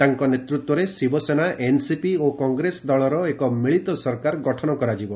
ତାଙ୍କ ନେତୃତ୍ୱରେ ଶିବସେନା ଏନ୍ସିପି ଓ କଂଗ୍ରେସ ଦଳର ଏକ ମିଳିତ ସରକାର ଗଠନ କରାଯିବ